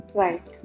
right